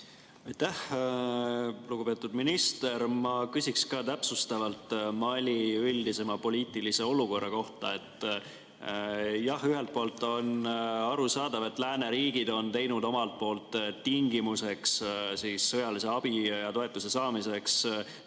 Aitäh! Lugupeetud minister! Ma küsin ka täpsustavalt Mali üldisema poliitilise olukorra kohta. Jah, ühelt poolt on arusaadav, et lääneriigid on teinud omalt poolt tingimuseks sõjalise abi ja toetuse saamiseks demokraatlike